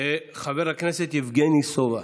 חבר הכנסת יבגני סובה,